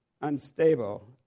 unstable